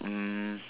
um